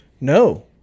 no